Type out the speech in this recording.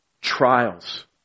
Trials